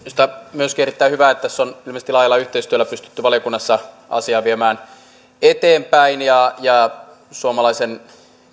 myöskin minusta on erittäin hyvä että tässä on ilmeisesti laajalla yhteistyöllä pystytty valiokunnassa viemään eteenpäin tätä asiaa ja suomalaisen